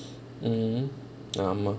mmhmm ஆமா:aamaa